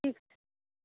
ठीक